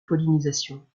pollinisation